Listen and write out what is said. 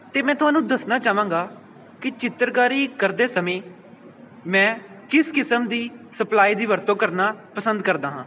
ਅਤੇ ਮੈਂ ਤੁਹਾਨੂੰ ਦੱਸਣਾ ਚਾਹਵਾਂਗਾ ਕਿ ਚਿੱਤਰਕਾਰੀ ਕਰਦੇ ਸਮੇਂ ਮੈਂ ਕਿਸ ਕਿਸਮ ਦੀ ਸਪਲਾਈ ਦੀ ਵਰਤੋਂ ਕਰਨਾ ਪਸੰਦ ਕਰਦਾ ਹਾਂ